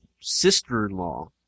sister-in-law